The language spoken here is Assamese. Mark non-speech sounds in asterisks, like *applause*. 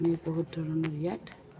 *unintelligible* বহুত ধৰণৰ ইয়াত